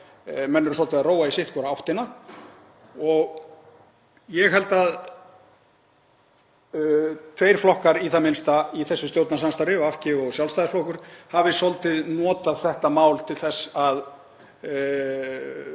menn eru svolítið að róa í sitthvora áttina og ég held að tveir flokkar í það minnsta í þessu stjórnarsamstarfi, VG og Sjálfstæðisflokkur, hafi svolítið notað þetta mál sem skjól